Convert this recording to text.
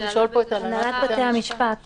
הנהלת בתי המשפט